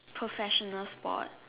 professional sport